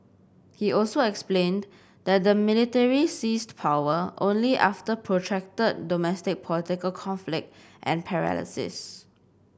he also explained that the military seized power only after protracted domestic political conflict and paralysis